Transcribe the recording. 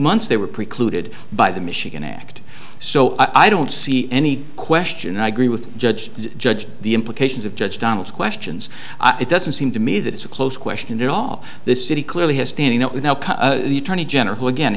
months they were precluded by the michigan act so i don't see any question i agree with judge judge the implications of judge donald's questions it doesn't seem to me that it's a close question that all this city clearly has standing up with the attorney general who again